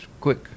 quick